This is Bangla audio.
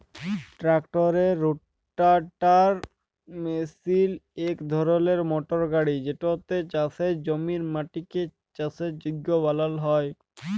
ট্রাক্টারের রোটাটার মিশিল ইক ধরলের মটর গাড়ি যেটতে চাষের জমির মাটিকে চাষের যগ্য বালাল হ্যয়